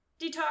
Detox